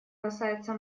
касается